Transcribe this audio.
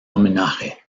homenaje